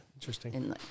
Interesting